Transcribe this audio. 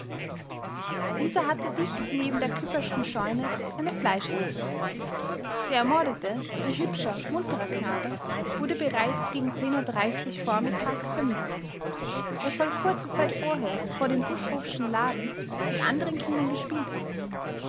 dieser hatte dicht neben der küppersschen scheune eine fleischhandlung der ermordete ein hübscher munterer knabe wurde bereits gegen uhr vormittags vermißt er soll kurze zeit vorher vor dem buschhoffschen laden mit anderen kindern gespielt haben